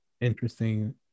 interesting